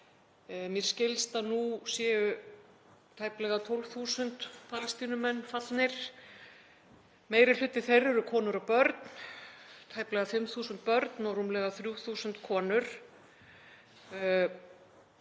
Mér skilst að nú séu tæplega 12.000 Palestínumenn fallnir. Meiri hluti þeirra eru konur og börn, tæplega 5.000 börn og rúmlega 3.000 konur.